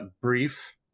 brief